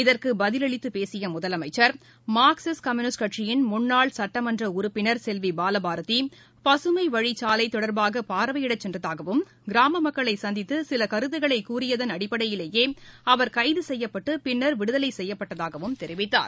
இதற்கு பதிலளித்து பேசிய முதலமைச்சர் மார்க்சிஸ்ட் கம்யூனிஸ்ட் கட்சியின் முன்னாள் சட்டமன்ற உறுப்பினர் செல்வி பாலபாரதி பகமை வழிச்சாலை தொடர்பாக பார்வையிட சென்றதாகவும் கிராம மக்களை சந்தித்து சில கருத்துக்களை கூறியதன் அடிப்படையிலேயே அவர் கைது செய்யப்பட்டு பின்னர் விடுதலை செய்யப்பட்டதாகவும் தெரிவித்தார்